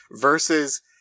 versus